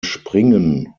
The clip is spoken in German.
springen